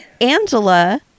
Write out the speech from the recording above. angela